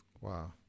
Wow